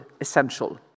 essential